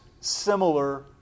similar